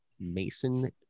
mason